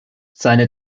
seine